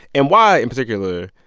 and why, in particular,